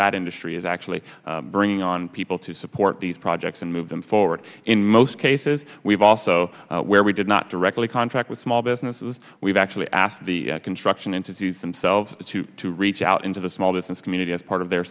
that industry is actually bringing on people to support these projects and move them forward in most cases we've also where we did not directly contract with small businesses we've actually asked the construction entities themselves to to reach out into the small business community as part of their